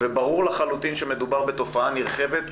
וברור לחלוטין שמדובר בתופעה נרחבת.